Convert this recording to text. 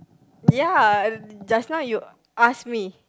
ya just now you ask me